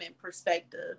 perspective